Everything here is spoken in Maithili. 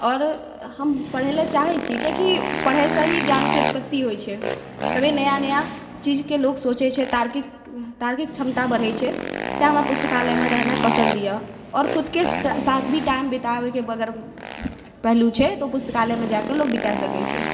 आओर हम पढ़ैला चाहै छी कियाकि पढ़ैसँ ही ज्ञानके उत्पत्ति होइ छै तबे नया नया चीजके लोग सोचै छै तार्किक तार्किक क्षमता बढ़ै छै तैं हमरा पुस्तकालयमे रहना पसन्द यऽ आओर खुदके साथ भी टाइम बिताबैके बगर पहलु छै तऽ ओ पुस्तकालयमे जाकऽ लोग बिता सकै छै